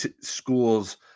schools